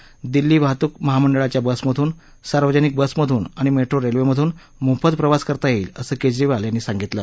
महिलांना दिल्ली वाहतूक महामंडळाच्या बसमधून सार्वजनिक बसमधून आणि मेट्रो रेल्वेमधून मोफत प्रवास करता यईल असं केजरीवाल यांनी सांगितलं